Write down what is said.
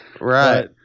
Right